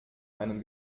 meinen